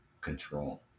control